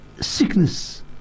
sickness